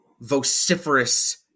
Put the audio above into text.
vociferous